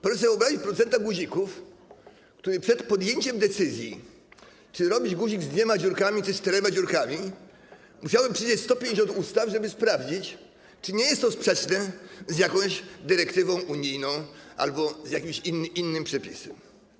Proszę sobie wyobrazić producenta guzików, który przed podjęciem decyzji, czy robić guzik z dwiema dziurkami, czy z czterema dziurkami, musiałby przejrzeć 150 ustaw, żeby sprawdzić, czy nie jest to sprzeczne z jakąś dyrektywą unijną albo z jakimś innym przepisem.